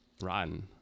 rotten